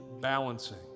balancing